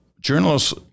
journalists